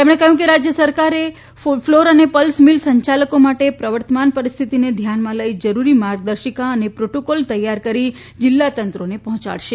તેમણે કહ્યું કે રાજ્ય સરકાર ફ્લોર અને પલ્સ મીલ્સ સંચાલકો માટે પ્રવર્તમાન પરિસ્થિતિને ધ્યાનમાં લઈ જરૂર માર્ગદર્શિકા અને પ્રોટોકોલ તૈયાર કરીને જિલ્લા તંત્રોને પહોંચાડશે